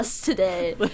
today